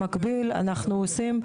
במקביל אנחנו עושים,